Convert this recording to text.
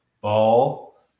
ball